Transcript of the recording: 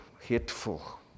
hateful